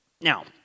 Now